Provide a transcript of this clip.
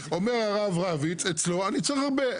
אומר הרב רביץ אצלו אני צריך הרבה.